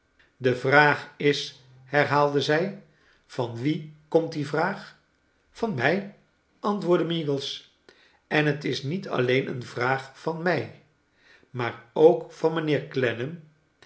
de vraag is herhaalde zij van wien komt die vraag van mij antwoordde meagles en het is niet alleen een vraag van mij maar ook van mijnheer